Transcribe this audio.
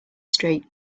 street